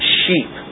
sheep